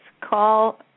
call